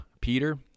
Peter